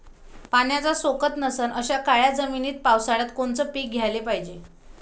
पाण्याचा सोकत नसन अशा काळ्या जमिनीत पावसाळ्यात कोनचं पीक घ्याले पायजे?